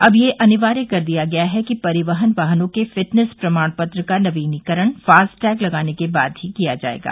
अब यह अनिवार्य कर दिया गया है कि परिवहन वाहनों के फिटनेस प्रमाणपत्र का नवीनीकरण फास्टैग लगाने के बाद ही किया जाएगा